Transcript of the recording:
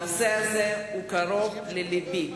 הנושא הזה קרוב ללבי,